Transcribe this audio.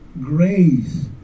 grace